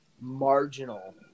marginal